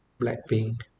Blackpink